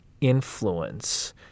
influence